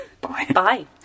bye